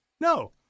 No